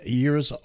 years